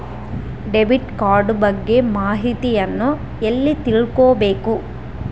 Debit card ಬಗ್ಗೆ ಮಾಹಿತಿಯನ್ನ ಎಲ್ಲಿ ತಿಳ್ಕೊಬೇಕು?